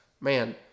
man